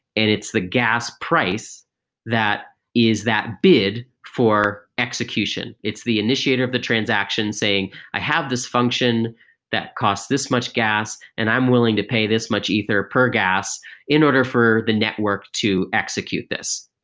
and it's the gas price that is that bid for execution. it's the initiator of the transaction transaction saying, i have this function that cost this much gas and i'm willing to pay this much ether per gas in order for the network to execute this.